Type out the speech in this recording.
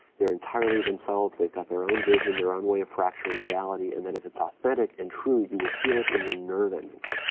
they're entirely themselves. they've got their own vision, their own way of fracturing reality, and that if it's authentic and true, you will feel it in your nerve endings.